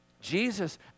Jesus